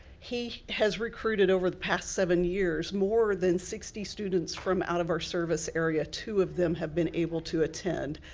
he has recruited, over the past seven years, more than sixty students from out of our service area. two of them have been able to attend.